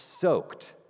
soaked